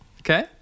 Okay